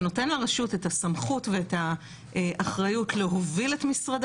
שנותן לרשות את הסמכות ואת האחריות להוביל את משרדי